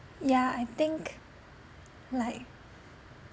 yeah I think like